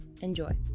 Enjoy